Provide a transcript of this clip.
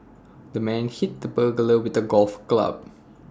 the man hit the burglar with A golf club